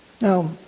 Now